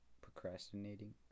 procrastinating